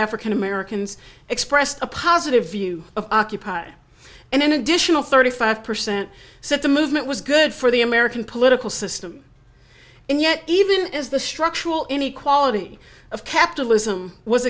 americans expressed a positive view of occupy and an additional thirty five percent said the movement was good for the american political system and yet even as the structural inequality of capitalism was